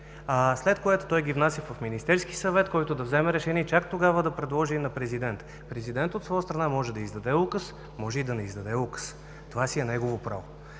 след което ги внася в Министерския съвет, който да вземе решение, и чак тогава да предложи на президента. Президентът от своя страна може да издаде указ, може и да не издаде указ – това си е негово право.